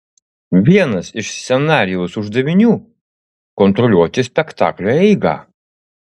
vienas iš scenarijaus uždavinių kontroliuoti spektaklio eigą